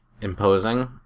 imposing